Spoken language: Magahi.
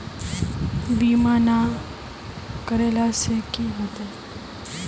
बीमा ना करेला से की होते?